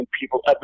people